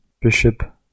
Bishop